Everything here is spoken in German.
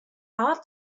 art